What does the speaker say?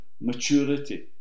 maturity